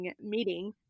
meeting